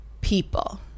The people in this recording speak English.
people